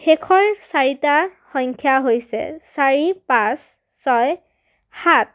শেষৰ চাৰিটা সংখ্যা হৈছে চাৰি পাঁচ ছয় সাত